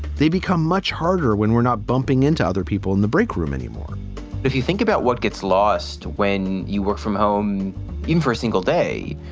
they become much harder when we're not bumping into other people in the break room anymore if you think about what gets lost when you work from home in a single day.